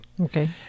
Okay